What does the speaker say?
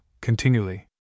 continually